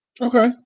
Okay